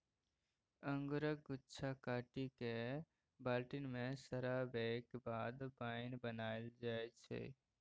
अंगुरक गुच्छा काटि कए बाल्टी मे सराबैक बाद बाइन बनाएल जाइ छै